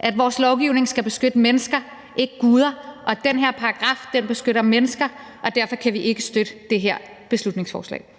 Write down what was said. har det sådan, at lovgivningen skal beskytte mennesker, ikke guder, og den her paragraf beskytter mennesker, og derfor kan vi ikke støtte det her beslutningsforslag.